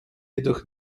jedoch